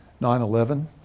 9-11